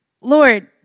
Lord